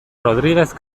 rodriguez